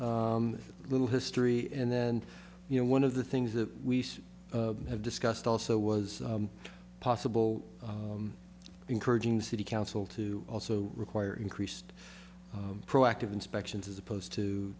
a little history and then you know one of the things that we have discussed also was possible encouraging the city council to also require increased proactive inspections as opposed